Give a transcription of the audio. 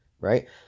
right